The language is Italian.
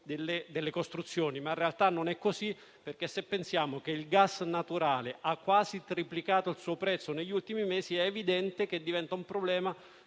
delle costruzioni, ma in realtà non è così. Se, infatti, pensiamo che il gas naturale ha quasi triplicato il suo prezzo negli ultimi mesi, è evidente che diventa un problema